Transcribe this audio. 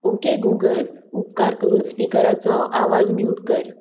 okay Google उपकार करुन स्पीकराचो आवाज म्यूट कर